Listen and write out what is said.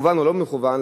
במכוון או לא במכוון,